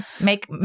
make